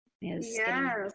Yes